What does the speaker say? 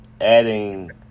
adding